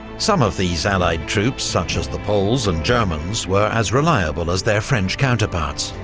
some of these allied troops, such as the poles and germans, were as reliable as their french counterparts.